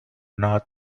not